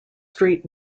street